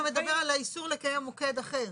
אתה מדבר על האיסור לקיים מוקד אחר?